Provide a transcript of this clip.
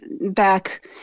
back